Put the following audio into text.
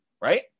right